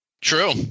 True